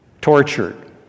tortured